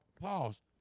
pause